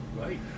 Right